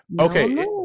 okay